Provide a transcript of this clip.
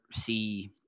see